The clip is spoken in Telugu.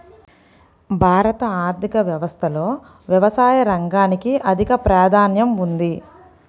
భారత ఆర్థిక వ్యవస్థలో వ్యవసాయ రంగానికి అధిక ప్రాధాన్యం ఉంది